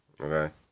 Okay